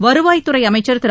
வருவாய்த் துறை அமைச்சர் திரு